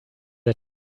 was